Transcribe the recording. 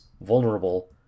vulnerable